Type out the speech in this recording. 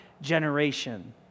generation